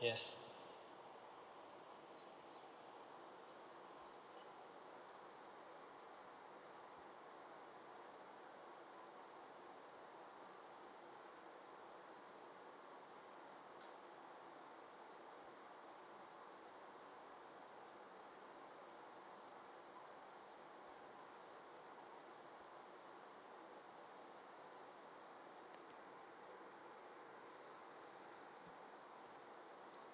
yes